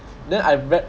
then I read